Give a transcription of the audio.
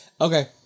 okay